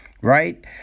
right